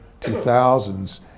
2000s